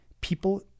people